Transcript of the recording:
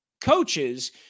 coaches